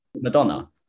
Madonna